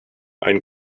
ein